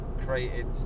created